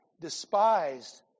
despised